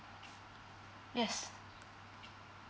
yes